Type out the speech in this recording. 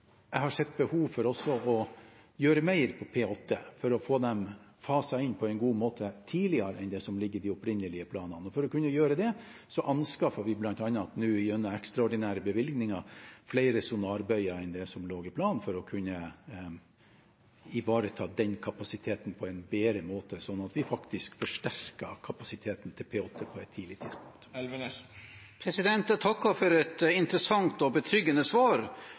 jeg har sett behov for også å gjøre mer på P-8 for å få dem faset inn på en god måte tidligere enn det som ligger i de opprinnelige planene. For å kunne gjøre det anskaffet vi bl.a. nå gjennom ekstraordinære bevilgninger flere sonarbøyer enn det som lå i planen for å kunne ivareta den kapasiteten på en bedre måte, slik at vi faktisk forsterket kapasiteten til P-8 på et tidligere tidspunkt. Jeg takker for et interessant og betryggende svar,